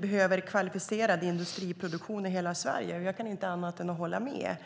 behöver vi en kvalificerad industriproduktion i hela Sverige. Jag kan inte annat än hålla med.